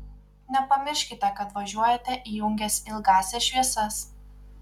nepamirškite kad važiuojate įjungęs ilgąsias šviesas